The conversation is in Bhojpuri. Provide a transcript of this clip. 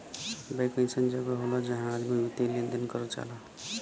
बैंक अइसन जगह होला जहां आदमी वित्तीय लेन देन कर जाला